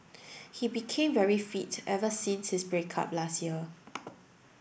he became very fit ever since his break up last year